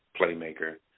playmaker